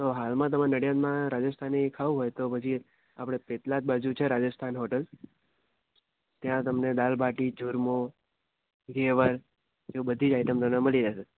તો હાલમાં તમે નડિયાદમાં રાજસ્થાની ખાવું હોય તો તો પછી આપણે પેટલાદ બાજુ છે રાજસ્થાન હોટેલ ત્યાં તમને દાળ બાટી ચૂરમું ઘેવર જે બધી આઈટમ તમને મળી રહેશે